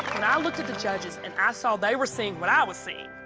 and i looked at the judges and i saw they were seeing what i was seeing,